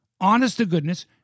honest-to-goodness